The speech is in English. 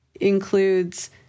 includes